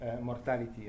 mortality